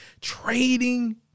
trading